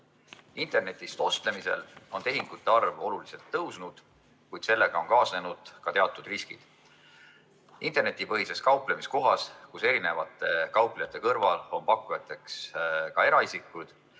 Internetist ostlemisel on tehingute arv oluliselt tõusnud, kuid sellega on kaasnenud ka teatud riskid. Internetipõhises kauplemiskohas, kus erinevate kauplejate kõrval on pakkujateks ka eraisikud,